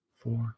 four